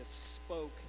spoke